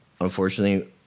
unfortunately